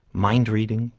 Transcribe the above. mind-reading,